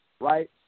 right